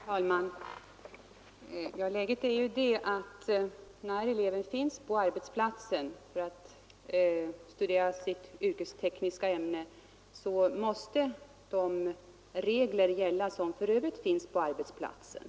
Herr talman! Läget är ju det att när elev finns på arbetsplatsen för att studera yrkestekniska ämnen måste de regler gälla som för övrigt finns på arbetsplatsen.